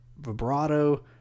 vibrato